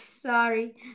Sorry